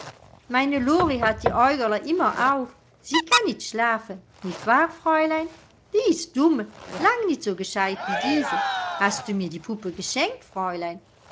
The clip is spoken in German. meine lori hat die aeugerl immer auf sie kann nit schlafen nit wahr fräulein die ist dumm lang nit so gescheit wie diese hast du mir die puppe geschenkt